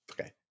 okay